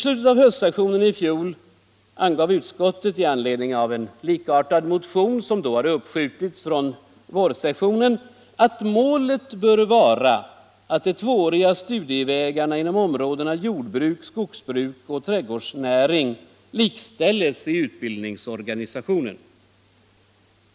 I slutet av höstsessionen i fjol angav utskottet i anledning av en likartad motion, som hade uppskjutits från vårsessionen, att ”målet bör vara att de tvååriga studievägarna inom områdena jordbruk, skogsbruk och trädgårdsnäring likställes i utbildningsorganisationen”.